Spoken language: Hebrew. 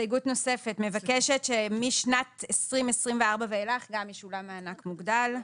הסתייגות נוספת מבקשת שמשנת 2024 ואילך גם ישולם מענק מוגדל.